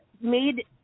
made